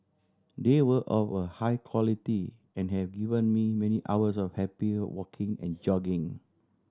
they were of a high quality and have given me many hours of happy walking and jogging